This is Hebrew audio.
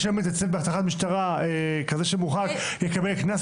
כזה שלא מתייצב בתחנת משטרה יקבל קנס?